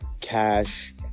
cash